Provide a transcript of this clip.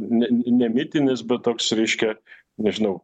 ne ne ne mitinis bet toks reiškia nežinau